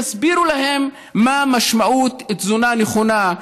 יסבירו להם מה המשמעות של תזונה נכונה,